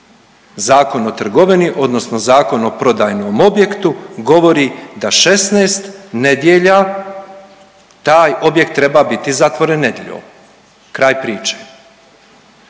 Zakon o trgovini odnosno Zakon o prodajnom objektu govori da 16 nedjelja taj objekt treba biti zatvoren nedjeljom, kraj priče.